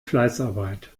fleißarbeit